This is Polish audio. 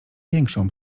większą